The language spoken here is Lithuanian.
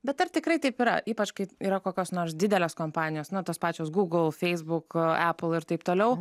bet ar tikrai taip yra ypač kai yra kokios nors didelės kompanijos nuo tos pačios google feisbuk apple ir taip toliau